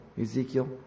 Ezekiel